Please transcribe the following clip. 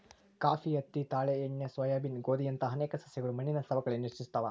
coffee ಹತ್ತಿ ತಾಳೆ ಎಣ್ಣೆ ಸೋಯಾಬೀನ್ ಗೋಧಿಯಂತಹ ಅನೇಕ ಸಸ್ಯಗಳು ಮಣ್ಣಿನ ಸವಕಳಿಯನ್ನು ಹೆಚ್ಚಿಸ್ತವ